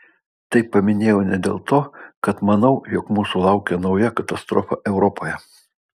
tai paminėjau ne dėl to kad manau jog mūsų laukia nauja katastrofa europoje